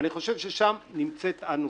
אני חושב ששם נמצאת הנוסחה,